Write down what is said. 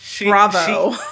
Bravo